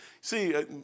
See